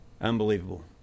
unbelievable